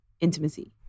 intimacy